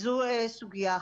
זו סוגיה אחת.